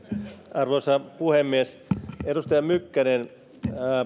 arvoisa puhemies edustaja mykkänen